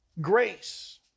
grace